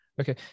Okay